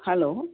hello